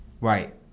Right